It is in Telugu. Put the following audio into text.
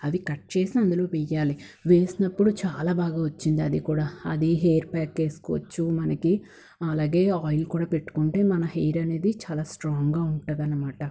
అవి కట్ చేసి అందులో వేయాలి వేసినప్పుడు చాలా బాగా వచ్చిందది కూడా అది హెయిర్ ప్యాక్ వేసుకోవచ్చు మనకి అలాగే ఆయిల్ కూడా పెట్టుకుంటే మన హెయిర్ అనేది చాలా స్ట్రాంగ్గా ఉంటదనమాట